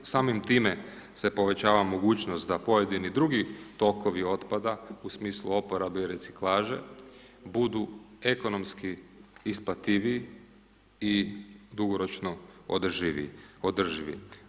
Samim time se povećava mogućnost da pojedini drugi tokovi otpada u smislu oporabe i reciklaže budu ekonomski isplativiji i dugoročno održivi.